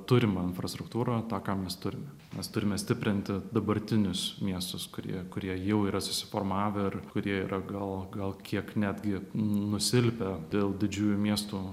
turimą infrastruktūrą tą ką mes turime mes turime stiprinti dabartinius miestus kurie kurie jau yra susiformavę ir kurie yra gal gal kiek netgi nusilpę dėl didžiųjų miestų